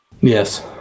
Yes